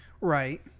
Right